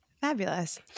Fabulous